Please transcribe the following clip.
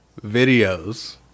videos